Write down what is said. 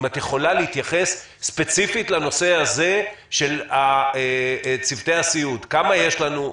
אם את יכולה להתייחס ספציפית לנושא הזה של צוותי הסיעוד כמה יש לנו,